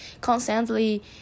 constantly